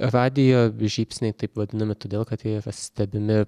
radijo žybsniai taip vadinami todėl kad jie yra stebimi